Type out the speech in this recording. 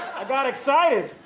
i got excited.